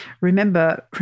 Remember